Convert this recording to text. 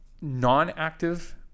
non-active